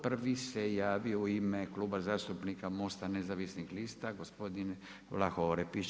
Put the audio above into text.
Prvi se javio u ime Kluba zastupnika Mosta nezavisnih lista, gospodin Vlaho Orepić.